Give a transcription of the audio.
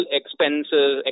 expenses